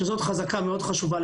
שהיא חזקה מאוד חשובה,